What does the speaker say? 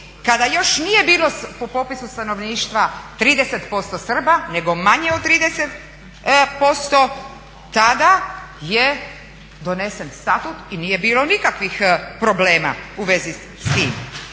kada još nije bilo po popisu stanovništva 30% Srba nego manje od 30% tada je donesen statut i nije bilo nikakvih problem u vezi s tim.